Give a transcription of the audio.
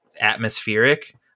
atmospheric